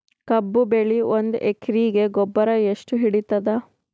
ಕಬ್ಬು ಬೆಳಿ ಒಂದ್ ಎಕರಿಗಿ ಗೊಬ್ಬರ ಎಷ್ಟು ಹಿಡೀತದ?